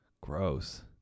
Gross